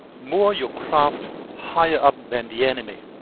moor your craft higher up than the enemy,